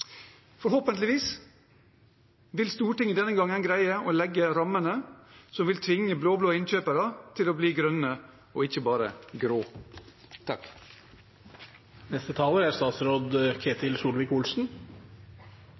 Forhåpentligvis vil Stortinget denne gangen greie å legge rammene som vil tvinge blå-blå innkjøpere til å bli grønne, og ikke bare grå.